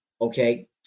Okay